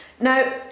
Now